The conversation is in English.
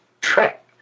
track